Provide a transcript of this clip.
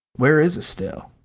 where is estelle?